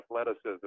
athleticism